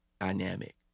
dynamic